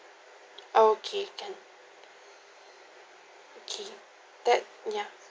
okay can okay that ya